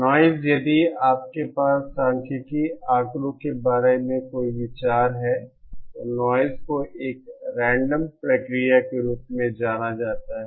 noise यदि आपके पास सांख्यिकीय आंकड़ों के बारे में कोई विचार है तो नॉइज़ को एक रेंडम प्रक्रिया के रूप में जाना जाता है